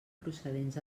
procedents